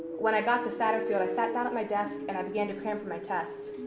when i got to satterfield, i sat down at my desk and i began to cram for my test.